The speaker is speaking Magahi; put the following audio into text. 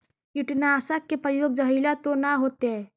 कीटनाशक के प्रयोग, जहरीला तो न होतैय?